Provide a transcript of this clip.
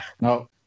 No